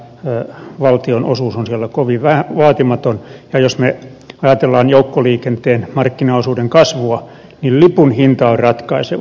tämä valtion osuus on siellä kovin vaatimaton ja jos me ajattelemme joukkoliikenteen markkinaosuuden kasvua niin lipun hinta on ratkaiseva